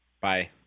Bye